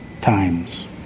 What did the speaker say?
times